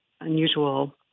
unusual